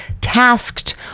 tasked